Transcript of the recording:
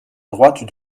droite